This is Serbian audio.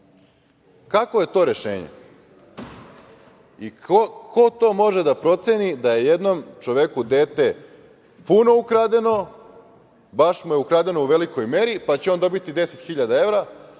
Kakvo je to rešenje? Ko to može da proceni da je jednom čoveku dete puno ukradeno, baš mu je ukradeno u velikoj meri, pa će on dobiti 10.000 evra,